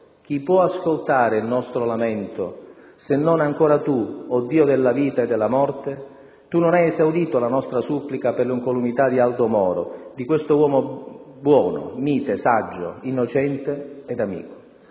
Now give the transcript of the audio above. «Chi può ascoltare il nostro lamento, se non ancora tu, o Dio della vita e della morte? Tu non hai esaudito la nostra supplica per l'incolumità di Aldo Moro, di questo uomo buono, mite, saggio, innocente ed amico